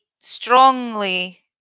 strongly